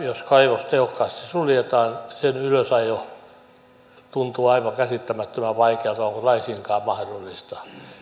jos kaivos tehokkaasti suljetaan sen ylösajo tuntuu aivan käsittämättömän vaikealta onko laisinkaan mahdollista